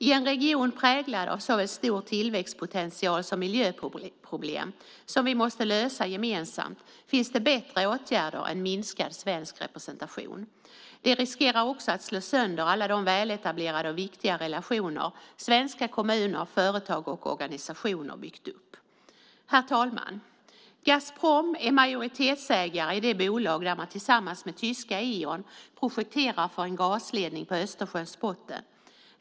I en region präglad av såväl stor tillväxtpotential som miljöproblem som vi måste lösa gemensamt finns det bättre åtgärder än minskad svensk representation. Det riskerar också att slå sönder alla de väletablerade och viktiga relationer som svenska kommuner, företag och organisationer har byggt upp. Herr talman! Gazprom är majoritetsägare i det bolag där man tillsammans med tyska Eon projekterar för en gasledning på Östersjöns botten.